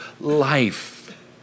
life